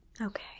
Okay